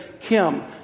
Kim